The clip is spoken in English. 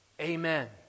amen